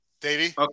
Davey